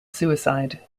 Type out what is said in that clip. suicide